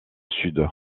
sud